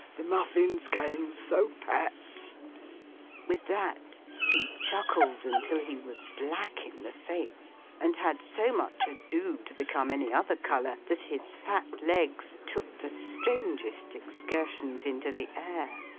the muffins came so pat with that he chuckled until he was black in the face and had so much ado to become any other colour, that his fat legs took the strangest excursions into the air.